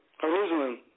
Jerusalem